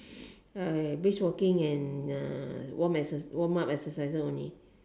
uh brisk walking and uh warm exer~ warmup exercises only